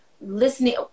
listening